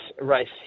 race